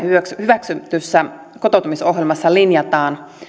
hyväksytyssä kotouttamisohjelmassa linjataan